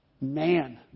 man